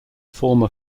former